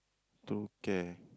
True Care